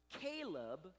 Caleb